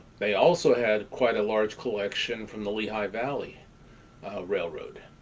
they also had quite a large collection from the lehigh valley railroad,